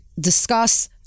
discuss